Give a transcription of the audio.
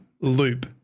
loop